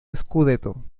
scudetto